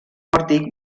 pòrtic